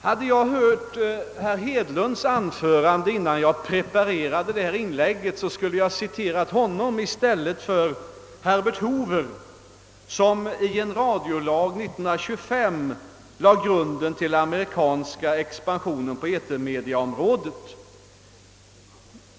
Hade jag hört herr Hedlunds anförande här, innan jag preparerade detta inlägg, skulle jag ha citerat honom i stället för Herbert Hoover, som i en radiolag 1925 lade grunden till den amerikanska expansionen på etermediaområdet.